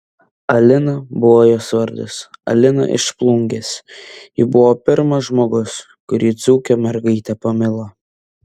alina buvo jos vardas alina iš plungės ji buvo pirmas žmogus kurį dzūkė mergaitė pamilo